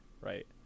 right